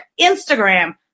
Instagram